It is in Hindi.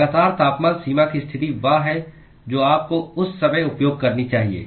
लगातार तापमान सीमा की स्थिति वह है जो आपको उस समय उपयोग करनी चाहिए